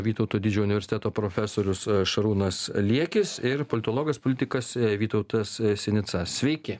vytauto didžiojo universiteto profesorius šarūnas liekis ir politologas politikas vytautas sinica sveiki